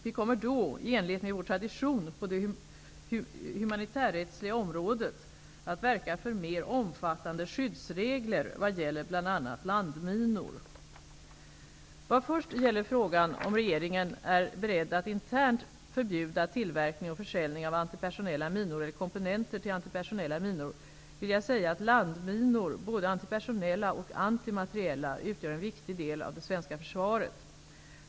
Vi kommer då, i enlighet med vår tradition på det humanitärrättsliga området, att verka för mer omfattande skyddsregler vad gäller bl.a. landminor. Vad först gäller frågan om regeringen är beredd att internt förbjuda tillverkning och försäljning av antipersonella minor eller komponenter till antipersonella minor vill jag säga att landminor -- både antipersonella och antimateriella -- utgör en viktig del av det svenska försvaret.